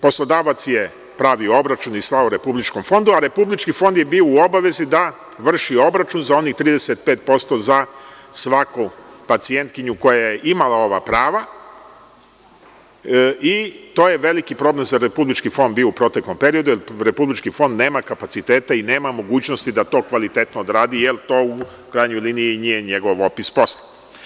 Poslodavac je pravio obračun i slao Republičkom fondu, a Republički fond je bio u obavezi da vrši obračun za onih 35% za svaku pacijentkinju koja je imala ova prava i to je bio veliki problem za Republički fond u proteklom periodu, jer Republički fond nema kapaciteta i nema mogućnosti da to kvalitetno odradi, jer to, u krajnjoj liniji, i nije njegov opis posla.